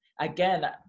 again